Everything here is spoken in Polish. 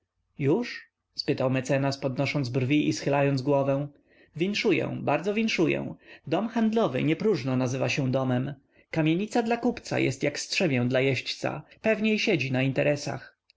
już spytał mecenas podnosząc brwi i schylając głowę winszuję bardzo winszuję dom handlowy nie napróżno nazywa się domem kamienica dla kupca jest jak strzemię dla jeźdźca pewniej siedzi na interesach